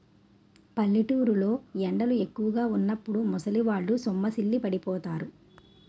పల్లెటూరు లో ఎండలు ఎక్కువుగా వున్నప్పుడు ముసలివాళ్ళు సొమ్మసిల్లి పడిపోతారు